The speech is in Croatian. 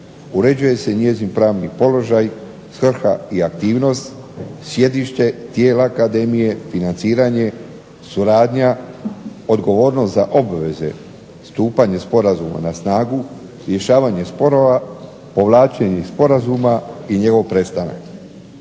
uređuje se njezin pravni položaj, svrha i aktivnost, sjedište, tijela akademije, financiranje, suradnja, odgovornost za obveze stupanjem sporazuma na snagu, rješavanje sporova, povlačenje iz sporazuma i njegov prestanak.